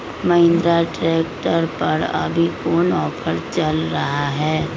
Mahindra tractor पर अभी कोन ऑफर चल रहा है?